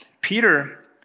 Peter